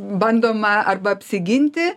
bandoma arba apsiginti